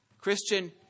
Christian